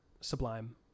sublime